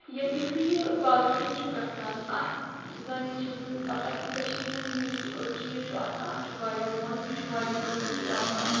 یا یُتھُے یہِ بازرَس منٛز چھُ گژھان اَتھ زَن یہِ چھےٚ زَن پَتہ کہِ کٔشیٖرِ ہُنٛد یُس چیٖز چھُ آسان اَتھ چھُ واریاہ مۄل یہِ چھُ واریاہ قۭمتی آسان